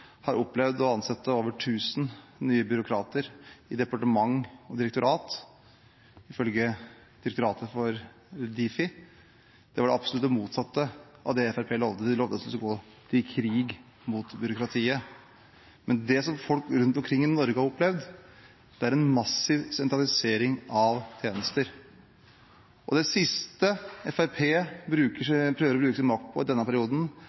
har opplevd å ansette over 1 000 nye byråkrater i departement og direktorat, ifølge Difi. Det var absolutt det motsatte av det Fremskrittspartiet lovet, de lovet at de skulle gå til krig mot byråkratiet. Men det som folk rundt omkring i Norge har opplevd, er en massiv sentralisering av tjenester. Det siste Fremskrittspartiet prøver å bruke sin makt på i denne perioden,